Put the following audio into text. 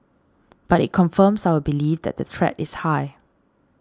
but it confirms our belief that the threat is high